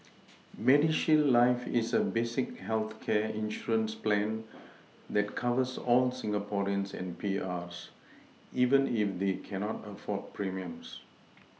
MediShield life is a basic healthcare insurance plan that covers all Singaporeans and P R's even if they cannot afford premiums